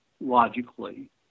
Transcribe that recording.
logically